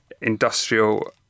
industrial